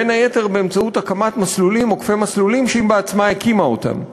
בין היתר באמצעות הקמת מסלולים עוקפי מסלולים שהיא בעצמה הקימה אותם.